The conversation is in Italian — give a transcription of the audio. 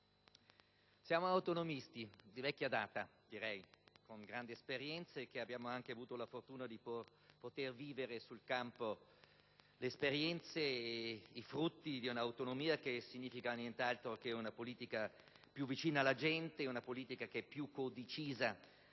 siamo autonomisti di vecchia data, con grande esperienza e abbiamo avuto la fortuna di poter vivere sul campo le vicende e i frutti di un'autonomia che significa nient'altro che una politica più vicina alla gente e più codecisa